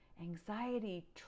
anxiety